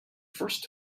first